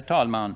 talman!